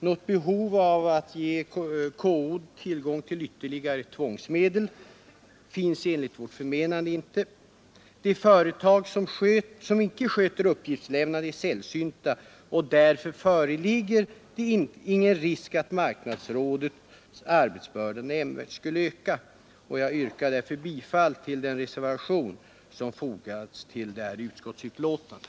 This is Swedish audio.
Något behov av att ge KO tillgång till ytterligare tvångsmedel finns enligt vårt förmenande inte. De företag som inte sköter uppgiftslämnandet är sällsynta, och därför föreligger det ingen risk för att marknadsrådets arbetsbörda skulle öka nämnvärt. Herr talman! Jag yrkar bifall till den reservation som fogats till näringsutskottets betänkande.